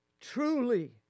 Truly